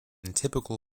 typical